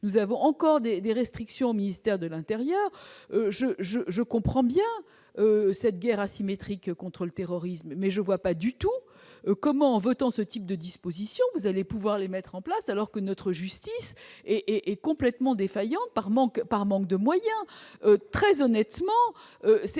nous avons encore des des restrictions au ministère de l'Intérieur, je, je, je comprends bien, cette guerre asymétrique contre le terrorisme, mais je vois pas du tout comment en votant ce type de disposition, vous allez pouvoir les mettre en place alors que notre justice est est complètement défaillante par manque, par manque de moyens, très honnêtement, c'est